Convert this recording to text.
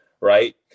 right